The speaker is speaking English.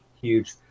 huge